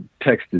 texted